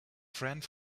friend